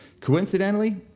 Coincidentally